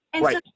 Right